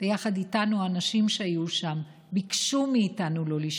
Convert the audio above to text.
יחד איתנו אנשים שהיו שם ביקשו מאיתנו לא לשתוק,